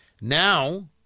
Now